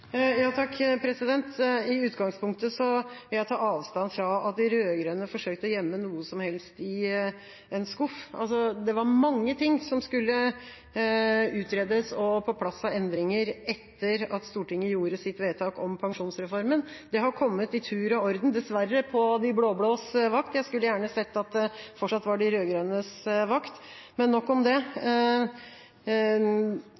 I utgangspunktet vil jeg ta avstand fra at de rød-grønne forsøkte å gjemme noe som helst i en skuff. Det var mange ting som skulle utredes og på plass av endringer etter at Stortinget gjorde sitt vedtak om pensjonsreformen. Det har kommet i tur og orden, dessverre, på de blå-blås vakt – jeg skulle gjerne sett at det fortsatt var de rød-grønnes vakt. Men nok om det.